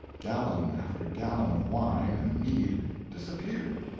gallon after gallon of wine and mead disappeared,